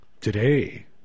today